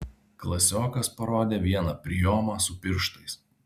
klasiokas parodė vieną prijomą su pirštais